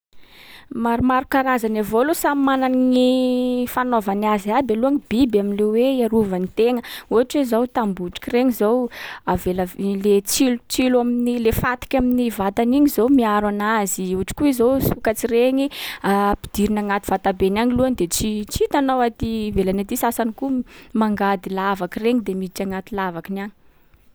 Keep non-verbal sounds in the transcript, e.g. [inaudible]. Maromaro karazany avao loha samy mana gny fanaovany azy aby aloha ny biby am'le hoe iarovany tegna. Ohatra hoe zao tambotriky regny zao, avelave- le tsilotsilo amin’ny le fatiky amin’ny vatany iny zao miaro anazy. Ohatry koa zao sokatsy regny, [hesitation] ampidiriny agnaty vatabeny agny lohany de tsy- tsy hitanao aty ivelany aty. Sasany koa m- mangady lavaky regny de miditry agnaty lavakiny agny.